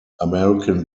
american